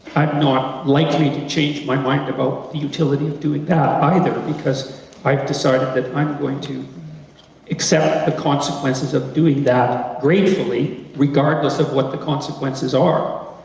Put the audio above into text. i'm not likely to change my mind about the utility of doing that but that because i've decided that i'm going to accept the consequences of doing that gratefully, regardless of what the consequences are.